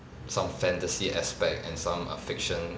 some fantasy aspect and some are fiction